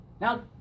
now